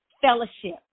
fellowship